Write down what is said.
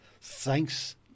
thanks